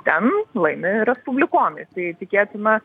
ten laimi respublikonai tai tikėtina